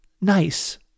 nice